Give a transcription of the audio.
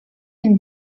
can